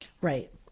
Right